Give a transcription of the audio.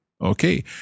Okay